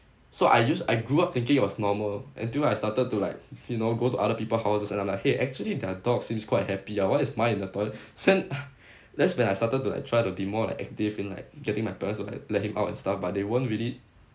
so I use I grew up thinking it was normal until I started to like you know go to other people houses and I'm like !hey! actually their dog seems quite happy ah why is mine in the toilet send that's when I started to like try to be more like active in like getting my parents to like let him out and stuff but they weren't really